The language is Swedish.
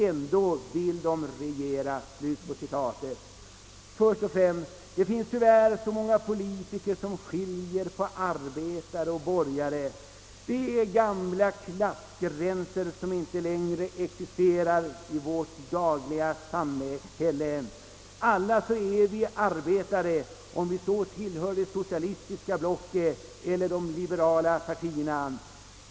Ändå vill de regera.» Ja, det finns tyvärr så många politiker som skiljer på arbetare och borgare, men detta är gamla klassgränser som inte längre existerar i vårt samhälle. Alla är vi arbetare oavsett om vi tillhör det socialistiska blocket eller de liberala partierna.